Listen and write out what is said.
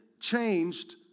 changed